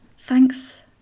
thanks